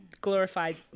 glorified